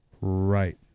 right